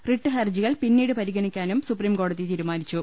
writ ഹർജികൾ പിന്നീട് പരിഗണിക്കാനും സുപ്രിം കോടതി തീരുമാനിച്ചു